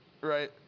Right